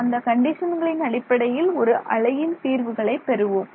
அந்த கண்டிஷன்களின் அடிப்படையில் ஒரு அலையின் தீர்வுகளை பெறுவோம்